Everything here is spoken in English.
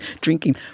drinking